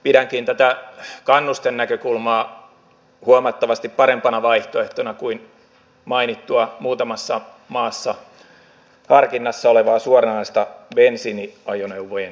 pidänkin tätä kannustenäkökulmaa huomattavasti parempana vaihtoehtona kuin mainittua muutamassa maassa harkinnassa olevaa suoranaista bensiiniajoneuvojen kieltämistä